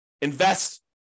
invest